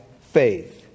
faith